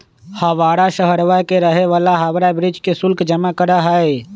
हवाड़ा शहरवा के रहे वाला हावड़ा ब्रिज के शुल्क जमा करा हई